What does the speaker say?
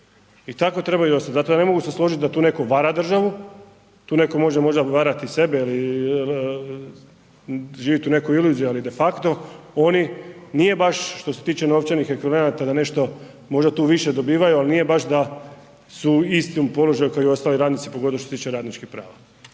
i tako treba ostati. Zato se ja ne mogu složiti da tu neko vara državu, tu neko može možda varati sebe ili živjeti u nekoj iluziji, ali de facto oni nije baš što se tiče novčanih ekvivalenata da nešto možda tu više dobivaju, ali nije baš da su u istom položaju kao i ostali radnici pogotovo što se tiče radničkih prava.